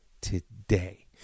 today